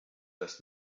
das